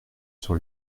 sur